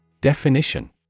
Definition